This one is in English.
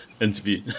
interview